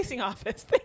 office